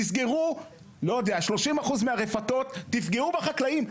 תסגרו 30% מהרפתות, תפגעו בחקלאים.